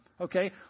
Okay